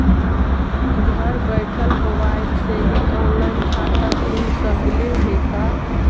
घर बैठल मोबाईल से ही औनलाइन खाता खुल सकले हे का?